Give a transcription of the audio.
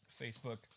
Facebook